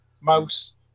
Mouse